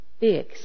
big